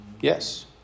Yes